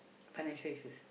financial issues